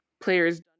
players